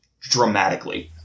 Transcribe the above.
dramatically